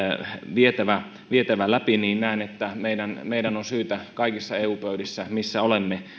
vietävä vietävä läpi niin näen että meidän meidän on syytä kaikissa eu pöydissä missä olemme